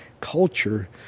culture